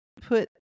put